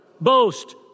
boast